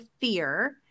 fear